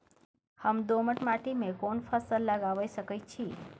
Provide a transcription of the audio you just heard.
हम दोमट माटी में कोन फसल लगाबै सकेत छी?